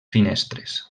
finestres